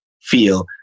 feel